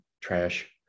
trash